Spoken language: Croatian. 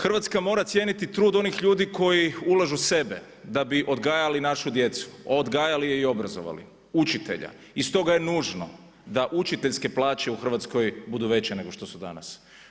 Hrvatska mora cijeniti trud onih ljudi koji ulažu u sebe da bi odgajali našu djecu, odgajali i obrazovali, učitelja i stoga je nužno da učiteljske plaće u Hrvatskoj budu veće nego što su danas.